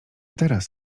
teraz